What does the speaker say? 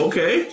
Okay